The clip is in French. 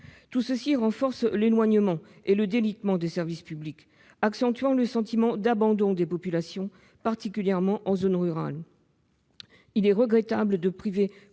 situation renforce l'éloignement et le délitement des services publics, accentuant le sentiment d'abandon des populations, particulièrement en zone rurale. Il est regrettable de priver